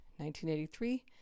1983